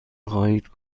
خواهید